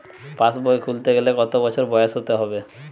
পাশবই খুলতে গেলে কত বছর বয়স হতে হবে?